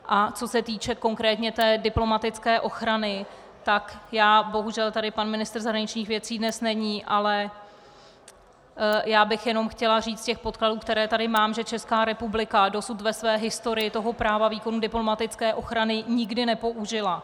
A co se týče konkrétně diplomatické ochrany, bohužel tady pan ministr zahraničních věcí dnes není, ale já bych jenom chtěla říct z podkladů, které tady mám, že Česká republika dosud ve své historii toho práva výkonu diplomatické ochrany nikdy nepoužila.